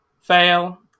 fail